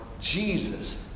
Jesus